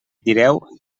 direu